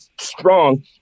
strong